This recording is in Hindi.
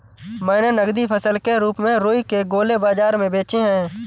मैंने नगदी फसल के रूप में रुई के गोले बाजार में बेचे हैं